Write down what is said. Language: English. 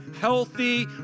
healthy